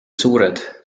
suured